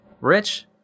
Rich